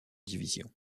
divisions